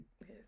Yes